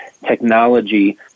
technology